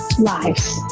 lives